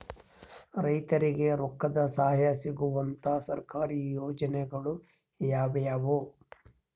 ರೈತರಿಗೆ ರೊಕ್ಕದ ಸಹಾಯ ಸಿಗುವಂತಹ ಸರ್ಕಾರಿ ಯೋಜನೆಗಳು ಯಾವುವು?